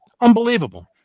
Unbelievable